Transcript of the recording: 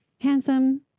Handsome